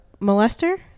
molester